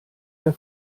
der